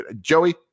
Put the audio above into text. Joey